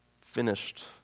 finished